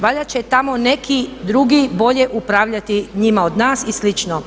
Valjda će tamo neki drugi bolje upravljati njima od nas i slično.